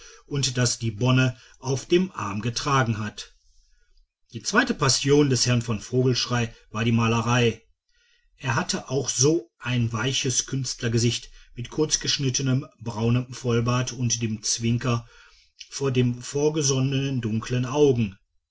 und das die bonne auf dem arm getragen hat die zweite passion des herrn von vogelschrey war die malerei er hatte auch so ein weiches künstlergesicht mit kurzgeschnittenem braunem vollbart und dem zwicker vor den versonnenen dunklen augen